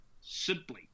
simply